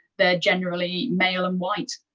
they're generally male and white.